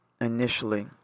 initially